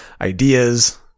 ideas